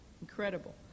Incredible